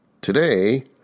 Today